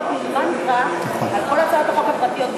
מין מנטרה על כל הצעות החוק הפרטיות,